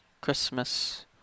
Christmas